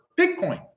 Bitcoin